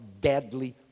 deadly